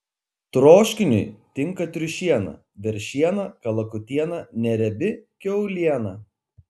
troškiniui tinka triušiena veršiena kalakutiena neriebi kiauliena